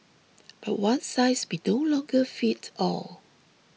but one size may no longer fit all